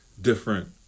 different